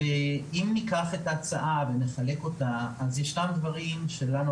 בהצעה יש דברים שלנו,